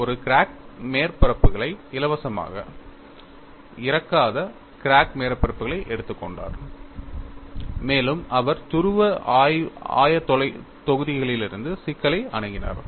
அவர் crack மேற்பரப்புகளை இலவசமாக இறக்காத கிராக் மேற்பரப்புகளை எடுத்துக் கொண்டார் மேலும் அவர் துருவ ஆயத்தொகுதிகளிலிருந்து சிக்கலை அணுகினார்